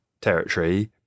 territory